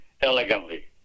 elegantly